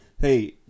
Hey